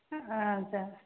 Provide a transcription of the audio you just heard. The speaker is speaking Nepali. अँ हजुर